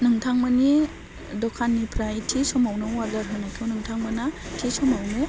नोंथांमोननि दखाननिफ्राय थि समावनो अर्दार होनायखौ नोंथांमोनहा थि समावनो